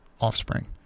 offspring